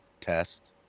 test